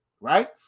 Right